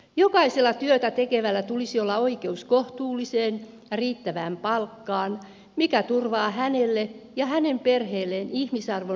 jokaisella työtä tekevällä tulisi olla oikeus kohtuulliseen ja riittävään palkkaan mikä turvaa hänelle ja hänen perheelleen ihmisarvon mukaisen toimeentulon